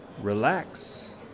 relax